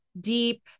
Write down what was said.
Deep